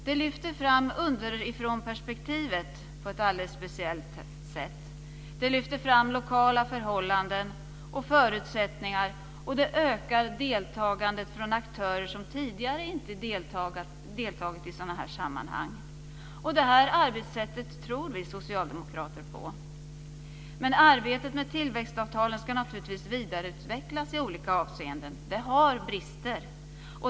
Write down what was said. Det lyfter fram underifrånperspektivet på ett alldeles speciellt sätt. Det lyfter fram lokala förhållanden och förutsättningar, och det ökar deltagandet från aktörer som tidigare inte har deltagit i sådana här sammanhang. Vi socialdemokrater tror på detta arbetssätt. Men arbetet med tillväxtavtalen ska naturligtvis vidareutvecklas i olika avseenden. Det har brister.